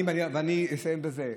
אורי מקלב (יהדות התורה): אני אסיים בזה.